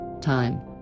Time